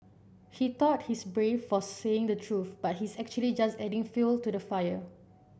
he thought he's brave for saying the truth but he's actually just adding fuel to the fire